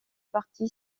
parti